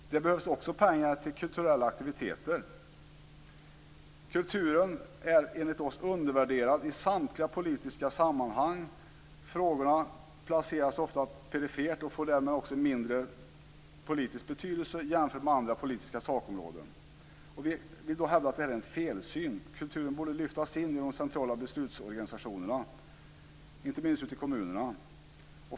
Det behövs också pengar till kulturella aktiviteter. Kulturen är enligt oss i Vänsterpartiet undervärderad i samtliga politiska sammanhang. Frågorna placeras ofta perifert och får därmed också mindre politisk betydelse jämfört med andra politiska sakområden. Vi vill hävda att det här är en felsyn. Kulturen borde lyftas in i de centrala beslutsorganisationerna, inte minst ute i kommunerna.